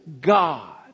God